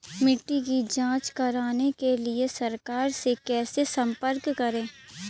मिट्टी की जांच कराने के लिए सरकार से कैसे संपर्क करें?